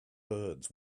birds